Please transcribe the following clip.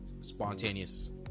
spontaneous